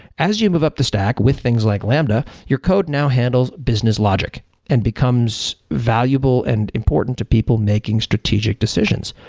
as you move up the stack with things like lambda, your code now handles business logic and becomes valuable and important to people making strategic decisions.